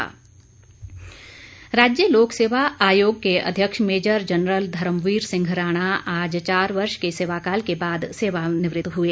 लोकसेवा आयोग राज्य लोकसेवा आयोग के अध्यक्ष मेजर जनरल धर्मवीर सिंह राणा आज चार वर्ष के सेवा काल के बाद सेवानिवृत हुए